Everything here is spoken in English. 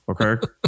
okay